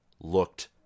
looked